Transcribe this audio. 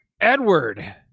Edward